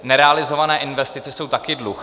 Nerealizované investice jsou taky dluh.